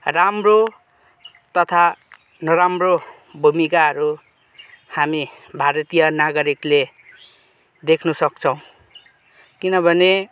राम्रो तथा नराम्रो भूमिकाहरू हामी भारतीय नागरिकले देख्न सक्छौँ किनभने